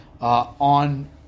on